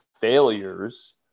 failures